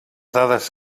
dades